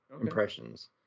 impressions